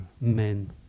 Men